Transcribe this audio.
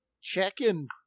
check-in